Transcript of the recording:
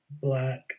black